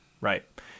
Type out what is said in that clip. right